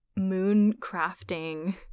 mooncrafting